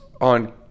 on